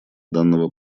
данного